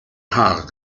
haare